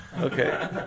Okay